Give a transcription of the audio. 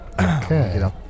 Okay